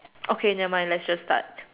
okay never mind let's just start